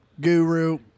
guru